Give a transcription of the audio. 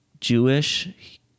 Jewish